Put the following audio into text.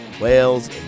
Whales